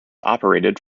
operated